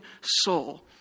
soul